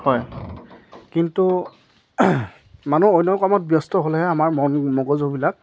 হয় কিন্তু মানুহ অন্য কামত ব্যস্ত হ'লেহে আমাৰ মন মগজুবিলাক